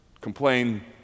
complain